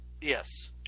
Yes